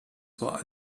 vor